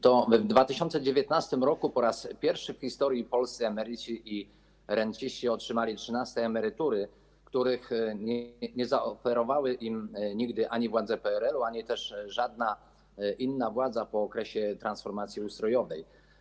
To w 2019 r. po raz pierwszy w historii polscy emeryci i renciści otrzymali trzynaste emerytury, których nie zaoferowały im nigdy ani władze PRL-u, ani też żadna inna władza po okresie transformacji ustrojowej.